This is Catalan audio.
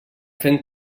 fent